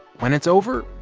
when it's over,